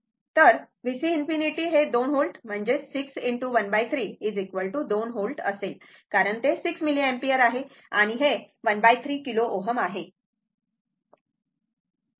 तर VC ∞ हे 2 volt 6 × ⅓ 2V volt असेल कारण ते 6 मिलिअम्पियर आहे आणि हे 13 किलो Ω आहे